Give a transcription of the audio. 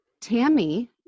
Tammy